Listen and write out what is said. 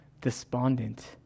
despondent